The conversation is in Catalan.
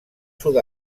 sud